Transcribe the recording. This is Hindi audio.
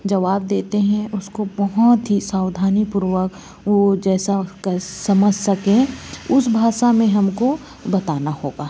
जवाब देते हैं उसको बहुत ही सावधानीपूर्वक वह जैसा उसका समझ सके उस भाषा में हमको बताना होगा